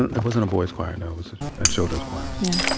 it wasn't a boys' choir no. it was a children's choir yeah